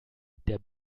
der